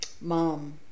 mom